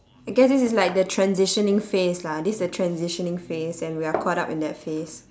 I guess this is like the transitioning phase lah this is the transitioning phase and we are caught up in that phase